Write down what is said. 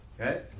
Okay